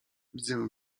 widzę